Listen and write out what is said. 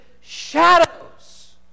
shadows